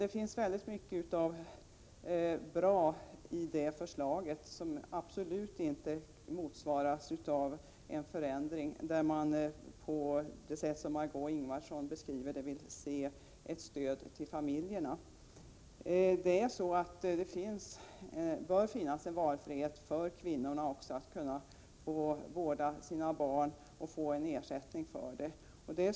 Det finns väldigt mycket som är bra i förslaget och som absolut inte kan uppnås med en förändring på det sätt som Margö Ingvardsson beskrev, att man vill se det som ett stöd till familjerna. Det bör finnas valfrihet för kvinnorna att vårda sina egna barn hemma och få en ersättning för det.